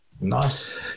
Nice